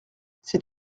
c’est